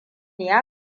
ya